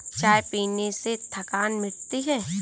चाय पीने से थकान मिटती है